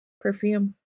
perfume